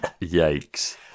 yikes